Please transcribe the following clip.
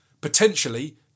potentially